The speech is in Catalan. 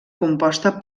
composta